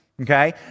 okay